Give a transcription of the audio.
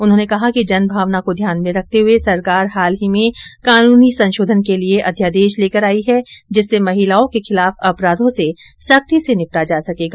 उन्होंने कहा कि जनभावना को ध्यान में रखते हुए सरकार हाल ही में कानूनी संशोधन के लिए अध्यादेश लेकर आयी है जिससे महिलाओं के खिलाफ अपराधों से सख्ती से निपटा जा सकेगा